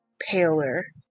paler